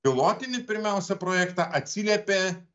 pilotinį pirmiausia projektą atsiliepė